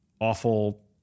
awful